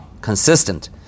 consistent